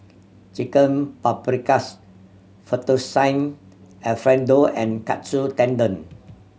Chicken Paprikas Fettuccine Alfredo and Katsu Tendon